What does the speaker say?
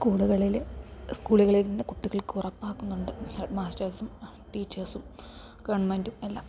സ്കൂളുകളിൽ സ്കൂളുകളിൽ നിന്ന് കുട്ടികൾക്ക് ഉറപ്പാക്കുന്നുണ്ട് ഹെഡ് മാസ്റ്റേഴ്സും ടീച്ചേഴ്സും ഗവൺമെൻ്റും എല്ലാം